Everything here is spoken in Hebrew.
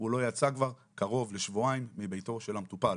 הוא לא יצא כבר קרוב לשבועיים מביתו של המטופל.